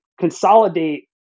consolidate